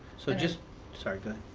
so just sorry, go